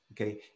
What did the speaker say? okay